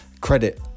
credit